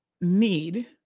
need